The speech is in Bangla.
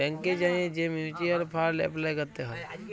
ব্যাংকে যাঁয়ে যে মিউচ্যুয়াল ফাল্ড এপলাই ক্যরতে হ্যয়